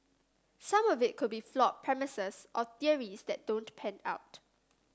some of it could be flawed premises or theories that don't pan out